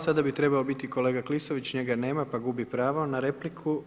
Sada bi trebao biti kolega Klisović, njega nema pa gubi pravo na repliku.